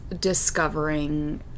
discovering